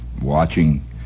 watching